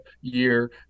year